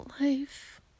Life